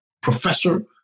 Professor